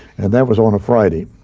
and that was on a friday.